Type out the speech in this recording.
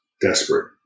desperate